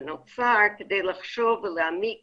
ונוצר כדי לחשוב ולהעמיק